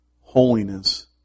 holiness